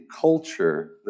culture